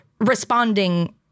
responding